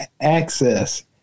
access